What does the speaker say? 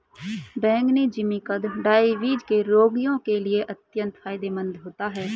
बैंगनी जिमीकंद डायबिटीज के रोगियों के लिए अत्यंत फायदेमंद होता है